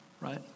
Right